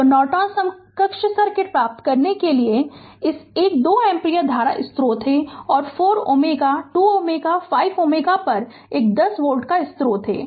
तो नॉर्टन समकक्ष सर्किट प्राप्त करने के लिए इस एक 2 एम्पीयर धारा स्रोत है और 4 Ω 2 Ω 5 Ω पर एक 10 वोल्ट स्रोत है